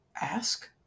ask